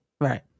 Right